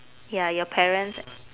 ya your parents